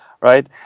right